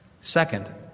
Second